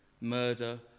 murder